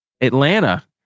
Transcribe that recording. Atlanta